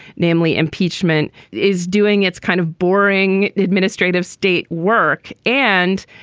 namely impeachment is doing it's kind of boring administrative state work. and,